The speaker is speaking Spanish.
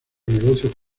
negocio